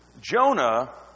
Jonah